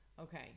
Okay